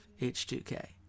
H2K